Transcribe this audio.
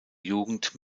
jugend